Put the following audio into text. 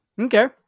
Okay